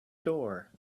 door